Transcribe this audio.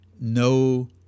no